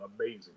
amazing